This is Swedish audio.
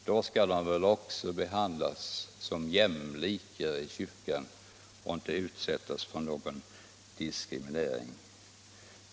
Då skall de väl också behandlas som jämlikar inom kyrkan och inte utsättas för någon diskriminering.